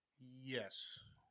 Yes